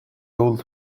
old